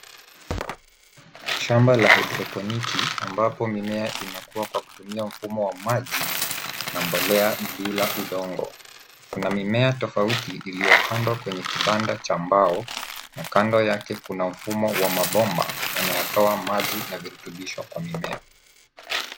Shamba la haidroponiki ambapo mimea inakua kwa kutumia mfumo wa maji na mbolea bila udongo. Kuna mimea tofauti iliyopandwa kwenye kibanda cha mbao, na kando yake kuna mfumo wa mabomba yanayotoa maji na virutubisho kwa mimea.